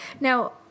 Now